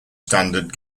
standard